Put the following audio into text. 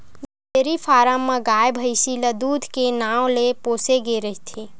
dairy farm म गाय, भइसी ल दूद के नांव ले पोसे गे रहिथे